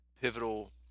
pivotal